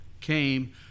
came